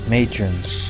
Matrons